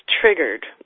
triggered